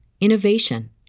innovation